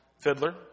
Fiddler